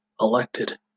elected